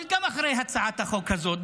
אבל גם אחרי הצעת החוק הזאת,